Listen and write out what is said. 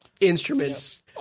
instruments